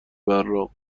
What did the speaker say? براق